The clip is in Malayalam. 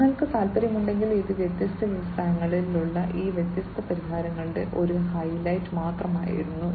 നിങ്ങൾക്ക് താൽപ്പര്യമുണ്ടെങ്കിൽ ഇത് വ്യത്യസ്ത വ്യവസായങ്ങളിൽ ഉള്ള ഈ വ്യത്യസ്ത പരിഹാരങ്ങളുടെ ഒരു ഹൈലൈറ്റ് മാത്രമായിരുന്നു